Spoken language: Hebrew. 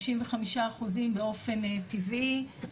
95% באופן טבעי,